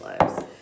lives